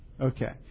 Okay